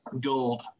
gold